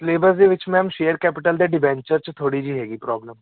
syllabus ਦੇ ਵਿੱਚ ma'am share capital ਦੇ ਡਿਬੈਂਚਰ 'ਚ ਥੋੜ੍ਹੀ ਜਿਹੀ ਹੈਗੀ ਪ੍ਰੋਬਲਮ